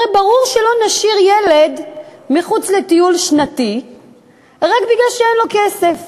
הרי ברור שלא נשאיר ילד מחוץ לטיול שנתי רק בגלל שאין לו כסף,